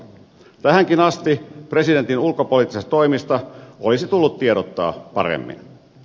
tähänkin asti presidentin ulkopoliittisista toimista olisi tullut tiedottaa paremmin